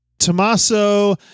Tommaso